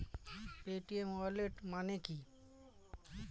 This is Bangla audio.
পেটিএম ওয়ালেট মানে কি?